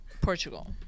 portugal